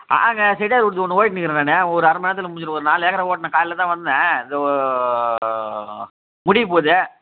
ஆகாங்க செட்டியார் வீட்டுது ஒன்று ஓட்டினுக்கிறேன் நான் ஒரு அரை மணி நேரத்தில் முடிஞ்சுரும் ஒரு நாலு ஏக்கரா ஓட்டணும் காலையில் தான் வந்தேன் இதோ முடியப்போகுது